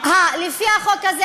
לפי החוק הזה,